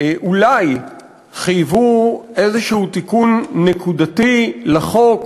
אולי חייבו איזה תיקון נקודתי לחוק